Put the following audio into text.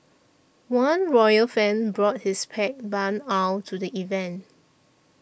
one royal fan brought his pet barn owl to the event